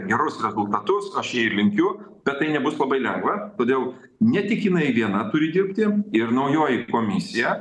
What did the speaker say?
gerus rezultatus aš jai linkiu bet tai nebus labai lengva todėl ne tik jinai viena turi dirbti ir naujoji komisija